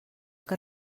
que